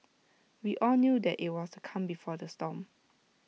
we all knew that IT was the calm before the storm